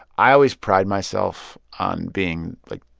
i always pride myself on being, like,